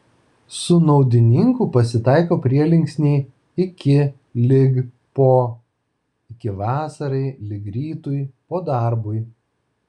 su naudininku pasitaiko prielinksniai iki lig po iki vasarai lig rytui po darbui